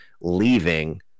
leaving –